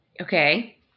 Okay